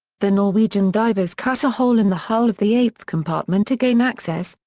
the norwegian divers cut a hole in the hull of the eighth compartment to gain access,